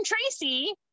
Tracy